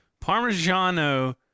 Parmigiano